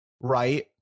right